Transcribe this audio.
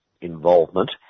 Involvement